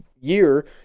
year